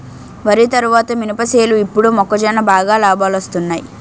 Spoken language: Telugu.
వరి తరువాత మినప సేలు ఇప్పుడు మొక్కజొన్న బాగా లాబాలొస్తున్నయ్